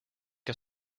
heb